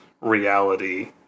reality